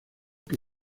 que